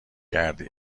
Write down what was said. کردی